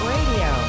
Radio